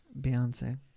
Beyonce